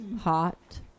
hot